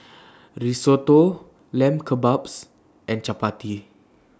Risotto Lamb Kebabs and Chapati